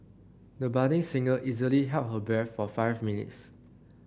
the budding singer easily held her breath for five minutes